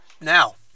Now